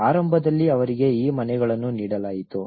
ಆರಂಭದಲ್ಲಿ ಅವರಿಗೆ ಈ ಮನೆಗಳನ್ನು ನೀಡಲಾಯಿತು